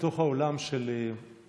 בתוך עולם הטבעונים,